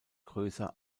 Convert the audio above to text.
größer